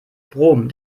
brom